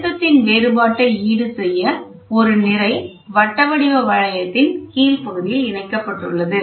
அழுத்தத்தின் வேறுபாட்டை ஈடுசெய்ய ஒரு நிறை வட்ட வடிவ வளையத்தின் கீழ் பகுதியில் இணைக்கப்பட்டுள்ளது